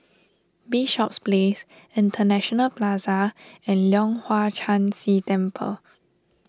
Bishops Place International Plaza and Leong Hwa Chan Si Temple